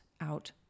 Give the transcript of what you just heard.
out